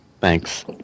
Thanks